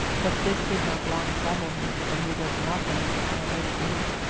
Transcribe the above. but this did not long trouble him, for he was not in an analytic mood.